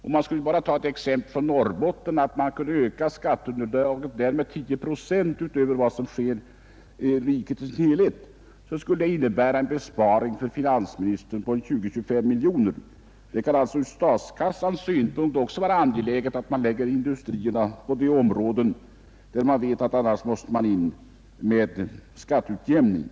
Om man tänker sig att man kunde öka skatteunderlaget i Norrbotten med 10 procent utöver vad som sker i hela riket skulle detta innebära en besparing för finansministern på 20—25 miljoner kronor. Det bör alltså ur statskassans synpunkt vara angeläget att förlägga industrierna i områden, där man vet att man eljest måste träda in med skatteutjämning.